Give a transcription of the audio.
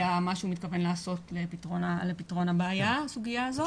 מה שהוא מתכוון לעשות לפתרון הסוגיה הזו.